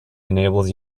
enables